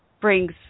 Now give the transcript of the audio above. brings –